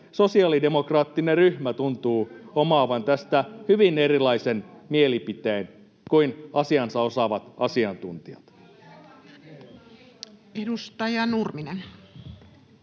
sosiaalidemokraattinen ryhmä tuntuu omaavan tästä hyvin erilaisen mielipiteen kuin asiansa osaavat asiantuntijat.